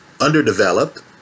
underdeveloped